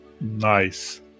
Nice